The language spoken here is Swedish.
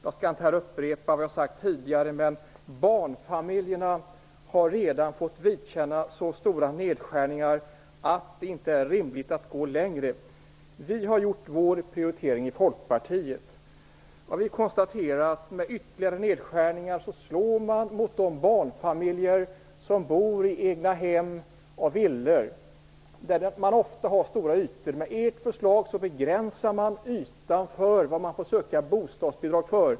Jag skall inte här upprepa vad jag har sagt tidigare. Men barnfamiljerna har redan fått vidkännas så stora nedskärningar att det inte är rimligt att gå längre. Vi har gjort vår prioritering i Folkpartiet. Vi har konstaterat att ytterligare nedskärningar slår mot de barnfamiljer som bor i egna hem och villor som ofta har stora ytor. Genom ert förslag begränsas den yta som man får söka bostadsbidrag för.